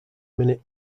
minute